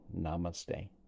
Namaste